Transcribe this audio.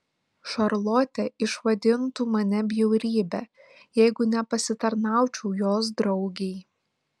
šarlotė išvadintų mane bjaurybe jeigu nepasitarnaučiau jos draugei